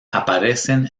aparecen